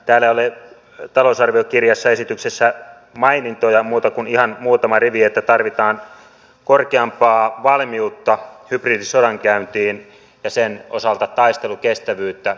täällä talousarvioesityskirjassa ei ole mainintoja muuta kuin ihan muutama rivi että tarvitaan korkeampaa valmiutta hybridisodankäyntiin ja sen osalta taistelukestävyyttä